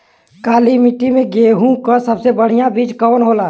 काली मिट्टी में गेहूँक सबसे बढ़िया बीज कवन होला?